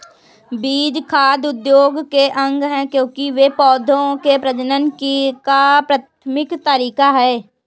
बीज खाद्य उद्योग के अंग है, क्योंकि वे पौधों के प्रजनन का प्राथमिक तरीका है